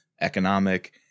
economic